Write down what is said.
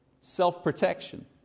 self-protection